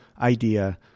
idea